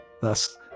Thus